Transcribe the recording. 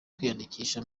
kwiyandikisha